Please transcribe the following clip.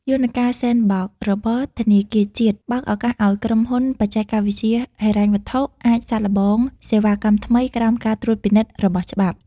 យន្តការ "Sandbox" របស់ធនាគារជាតិ បើកឱកាសឱ្យក្រុមហ៊ុនបច្ចេកវិទ្យាហិរញ្ញវត្ថុអាចសាកល្បងសេវាកម្មថ្មីក្រោមការត្រួតពិនិត្យរបស់ច្បាប់។